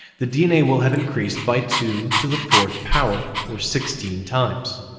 the dna will have increased by two to the fourth power, or sixteen times.